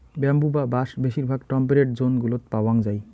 bamboo বা বাঁশ বেশিরভাগ টেম্পেরেট জোন গুলোত পাওয়াঙ যাই